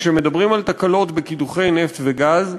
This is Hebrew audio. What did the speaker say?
כשמדברים על תקלות בקידוחי נפט וגז,